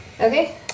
Okay